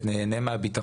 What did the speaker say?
וחוץ מלהשתלח בה בגסות,